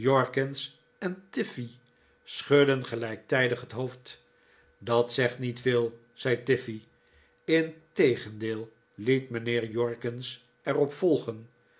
en tiffey schudden gelijktijdig het hoofd dat zegt niet veel zei tiffey integendeel liet mijnheer jorkins er op volgen